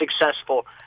successful